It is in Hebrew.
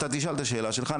אתה תשאל את השאלה שלך.